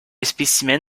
spécimen